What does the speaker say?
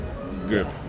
good